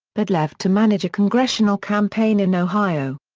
but left to manage a congressional campaign in ohio.